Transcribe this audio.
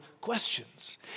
questions